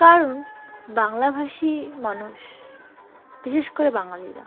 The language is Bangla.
কারণ বাংলাভাষী মানুষ বিশেষ করে বাঙালিরা